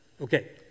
Okay